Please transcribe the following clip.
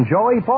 Joey